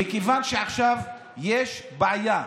מכיוון שעכשיו יש בעיה,